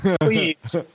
please